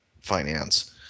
finance